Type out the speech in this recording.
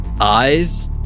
eyes